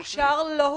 במוכש"ר לא הוחזר.